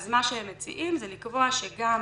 מה שהם מציעים, זה לקבוע שגם